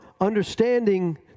understanding